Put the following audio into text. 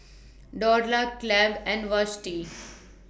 Dorla Clabe and Vashti